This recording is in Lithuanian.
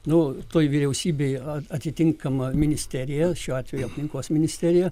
nu toj vyriausybėj atitinkama ministerija šiuo atveju aplinkos ministerija